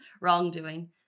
wrongdoing